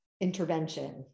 intervention